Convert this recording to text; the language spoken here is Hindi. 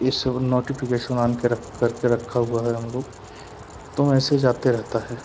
यह सब नोटिफिकेसन ऑन करके रखा हुआ है हम लोग तो मेसेज आते रहता है